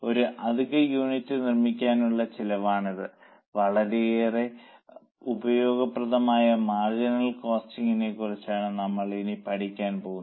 ഒരു അധിക യൂണിറ്റ് നിർമ്മിക്കുന്നതിനുള്ള ചെലവാണിത് വളരെയേറെ ഉപയോഗപ്രദമായ മാർജിനൽ കോസ്റ്റിംങ്ങിനെ കുറിച്ചാണ് നമ്മൾ ഇനി പഠിക്കാൻ പോകുന്നത്